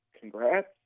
congrats